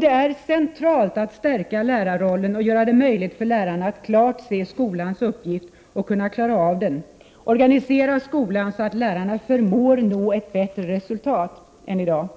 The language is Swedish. Det är centralt att stärka lärarrollen och göra det möjligt för lärarna att klart se skolans uppgift och klara av den, att organisera skolan så att lärarna förmår nå ett bättre resultat än i dag.